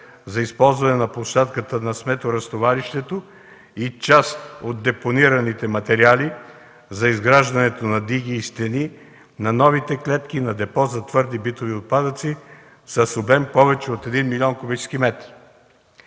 за използване на площадката на сметоразтоварището и част от депонираните материали за изграждането на диги и стени на новите клетки на депо за твърди битови отпадъци с обем повече от 1 млн. куб.метра.